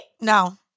No